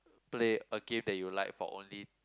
play a game that you like for only